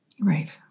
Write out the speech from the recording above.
Right